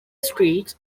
streets